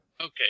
Okay